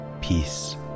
peace